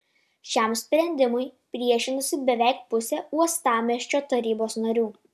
šiam sprendimui priešinosi beveik pusė uostamiesčio tarybos narių